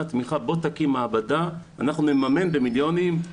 תמיכה שיקימו מעבדה ואנחנו נממן במיליונים.